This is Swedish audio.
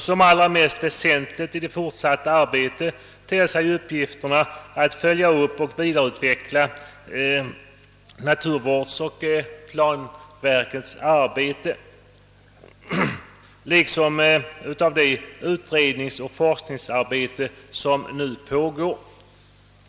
Som det väsentligaste i det fortsatta arbetet ter sig uppgifterna att följa upp och vidareutveckla naturvårdens och planverkets arbete liksom det utredningsoch forskningsarbete som nu pågår.